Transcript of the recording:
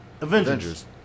Avengers